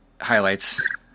highlights